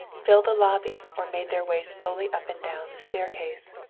filled the lobby or made their way slowly up and down the staircase.